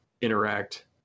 interact